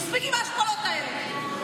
מספיק עם ההשפלות האלה.